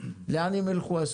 לאן הם ילכו,